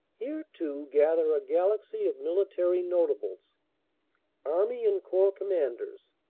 here, too, gather a galaxy of military not ables army and corps commanders,